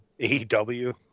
AEW